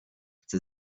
chcę